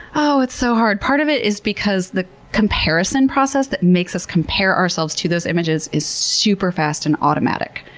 oh, it's so hard! part of it is because the comparison process that makes us compare ourselves to those images is superfast and automatic.